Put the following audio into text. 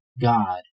God